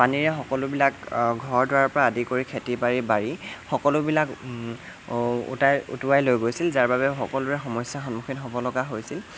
পানীৰে সকলো বিলাক ঘৰ দুৱাৰৰ পৰা আদি কৰি খেতি বাৰী বাৰী সকলো বিলাক উটাই উটুৱাই লৈ গৈছিল যাৰ বাবে সকলোৰে সমস্যাৰ সন্মুখীন হ'ব লগা হৈছিল